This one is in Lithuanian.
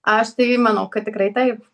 aš tai manau kad tikrai taip